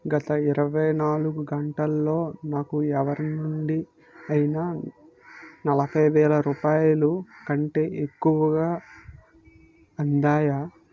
గత ఇరువై నాలుగు గంటలలో నాకు ఎవరి నుండి అయినా నలభై వేల రూపాయలు కంటే ఎక్కువగా అందాయా